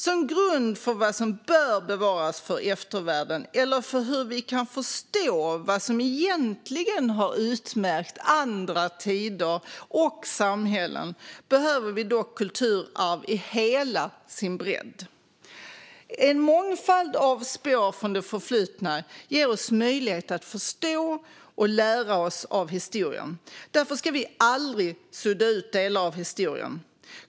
Som grund för vad som bör bevaras för eftervärlden, eller för hur vi kan förstå vad som egentligen har utmärkt andra tider och samhällen, behöver vi dock kulturarvet i hela dess bredd. En mångfald av spår från det förflutna ger oss möjligheter att förstå och lära oss av historien. Därför ska vi aldrig sudda ut delar av historien.